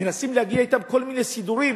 מנסים להגיע אתם לכל מיני סידורים